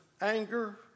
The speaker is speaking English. anger